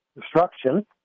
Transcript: destruction